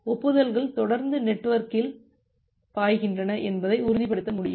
ஒப்புதல்கள் தொடர்ந்து நெட்வொர்க்த்தில் பாய்கின்றன என்பதை உறுதிப்படுத்த வேண்டும்